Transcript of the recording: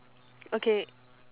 okay